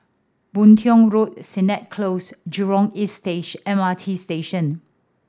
Boon Tiong Road Sennett Close Jurong East stage M R T Station